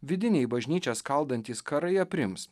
vidiniai bažnyčią skaldantys karai aprims